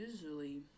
usually